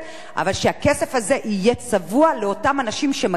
אבל שהכסף הזה יהיה צבוע לאותם אנשים שמגיע להם,